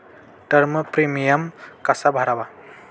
Term premium कसा भरावा?